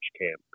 camp